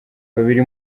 babiri